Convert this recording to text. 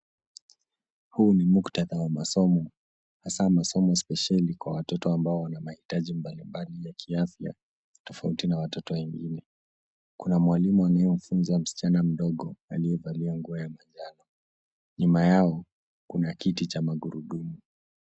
Huu ni muktadha wa masomo hasa masomo spesheli kwa watoto ambao wana mahitaji mbalimbali ya kiafya tofauti na watoto wengine. Kuna mwalimu anayemfunza msichana mdogo aliyevalia nguo ya manjano. Nyuma yao kuna kiti cha magurudumu.